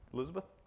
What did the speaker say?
Elizabeth